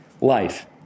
life